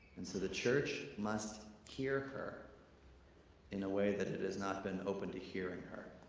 and so the church must hear her in a way that it has not been open to hearing her.